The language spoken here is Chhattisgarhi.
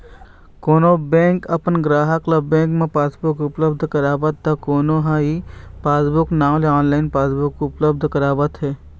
कोनो बेंक अपन गराहक ल बेंक म पासबुक उपलब्ध करावत त कोनो ह ई पासबूक नांव ले ऑनलाइन पासबुक उपलब्ध करावत हे